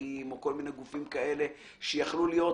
חברתיים או כל מיני גופים כאלה שיכלו להיות